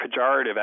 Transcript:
pejorative